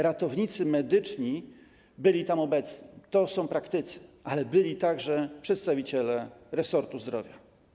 Ratownicy medyczni byli tam obecni, to są praktycy, ale byli także przedstawiciele resortu zdrowia.